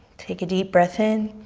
take a deep breath in